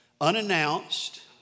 unannounced